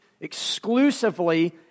exclusively